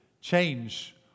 change